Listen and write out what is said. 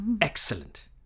Excellent